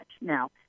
Now